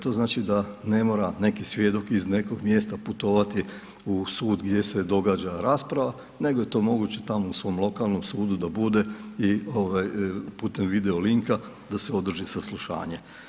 To znači da ne mora neki svjedok iz nekog mjesta putovati u sud gdje se događa rasprava nego je to moguće tamo u svom lokalnom sudu da bude i putem video linka da se održi saslušanje.